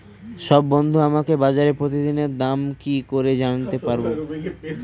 সব বন্ধুকে আমাকে বাজারের প্রতিদিনের দাম কি করে জানাতে পারবো?